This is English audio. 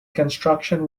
construction